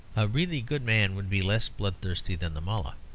a really good man would be less bloodthirsty than the mullah.